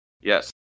Yes